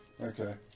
Okay